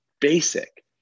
basic